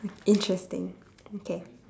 interesting okay